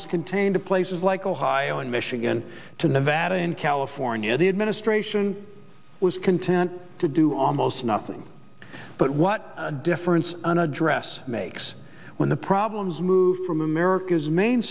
was contained in places like ohio and michigan to nevada and california the administration was content to do almost nothing but what difference an address makes when the problems move from america's main